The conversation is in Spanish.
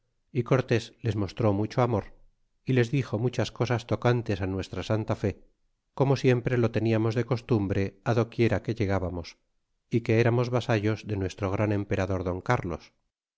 y cortés les mostró mucho amor y les dixo muchas cosas tocantes nuestra santa fe dixo como siempre lo teniamos de costumbre pdoquiera que llegábamos y que éramos vasallos de nuestro gran emperador don cárlos